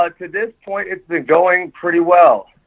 ah to this point, it's been going pretty well.